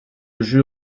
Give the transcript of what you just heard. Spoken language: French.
jeu